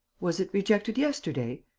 was it rejected yesterday?